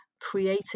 creating